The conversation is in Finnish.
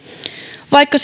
vaikka